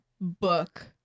book